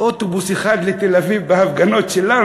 אוטובוס אחד לתל-אביב להפגנות שלנו,